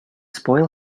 spoil